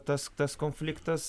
tas tas konfliktas